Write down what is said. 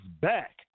back